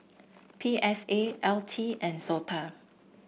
P S A L T and SOTA